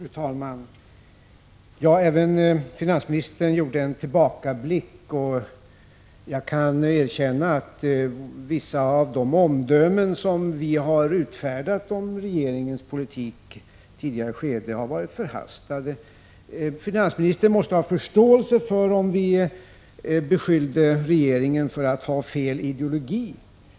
Fru talman! Även finansministern gjorde en tillbakablick, och jag kan erkänna att vissa av de omdömen som vi i ett tidigare skede har utfärdat om regeringens politik har varit förhastade. Finansministern måste ha förståelse för att vi beskyllde regeringen för att ha en felaktig ideologi.